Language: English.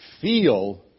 feel